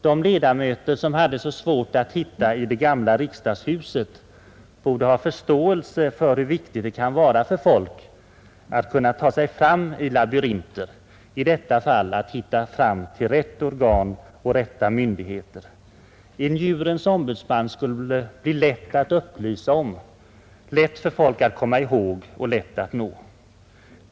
De ledamöter som hade så svårt att hitta i det gamla riksdagshuset borde ha förståelse för hur viktigt det kan vara för folk att kunna ta sig fram i labyrinter — i detta fall att hitta fram till de rätta organen och de rätta myndigheterna. En djurens ombudsman skulle det bli lätt att sprida upplysning om, lätt för folk att komma ihåg och lätt att nå.